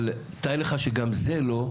אבל תאר לך שגם זה לא,